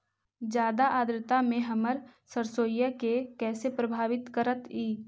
जादा आद्रता में हमर सरसोईय के कैसे प्रभावित करतई?